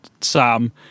Sam